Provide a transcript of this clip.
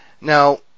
Now